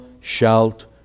shalt